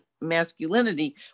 masculinity